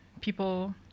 people